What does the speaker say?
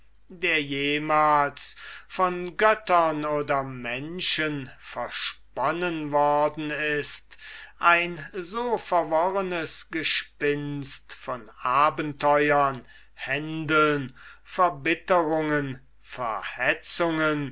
der jemals von göttern oder menschen versponnen worden ist ein so verworrenes gespinnste von abenteuern händeln verbitterungen